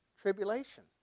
tribulation